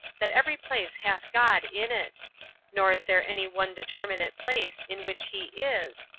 that every place hath god in it nor is there any one determinate place in which he is,